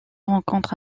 rencontre